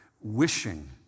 wishing